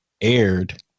aired